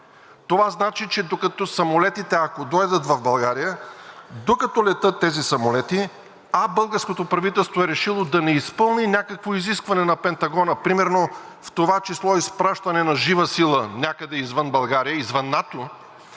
Това значи, че докато самолетите, ако дойдат в България, докато летят тези самолети, а българското правителство е решило да не изпълни някакво изискване на Пентагона, примерно в това число изпращане на жива сила някъде извън България, извън НАТО,